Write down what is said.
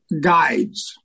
guides